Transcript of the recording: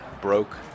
broke